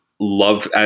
love